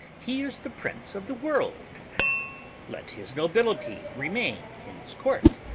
he is the prince of the world let his nobility remain in's court.